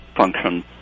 function